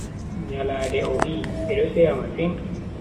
Nyalande ohi bedo seya masin.